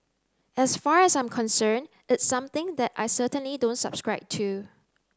as far as I'm concern it's something that I certainly don't subscribe to